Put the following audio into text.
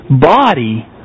body